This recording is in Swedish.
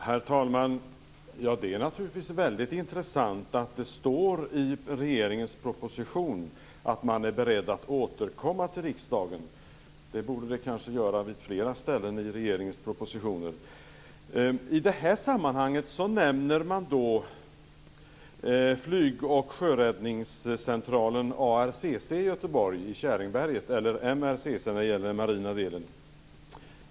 Herr talman! Det är naturligtvis väldigt intressant att det står i regeringens proposition att man är beredd att återkomma till riksdagen; det borde det kanske göra på fler ställen i regeringens propositioner. I detta sammanhang nämns flyg och sjöräddningscentralen ARCC i Käringberget i Göteborg och MRCC när det gäller den marina delen.